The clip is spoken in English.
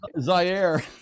Zaire